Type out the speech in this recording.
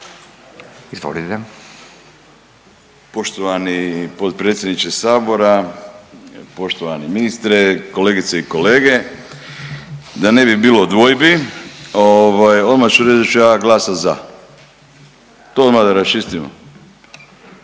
(Nezavisni)** Poštovani potpredsjedniče sabora, poštovani ministre, kolegice i kolege. Da ne bi bilo dvojbi ovaj odmah ću reć da ću ja glasat za, to odmah da raščistimo,